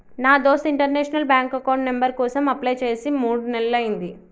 నా దోస్త్ international bank account number కోసం అప్లై చేసి మూడు నెలలయ్యింది